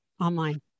online